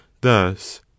thus